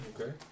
okay